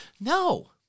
No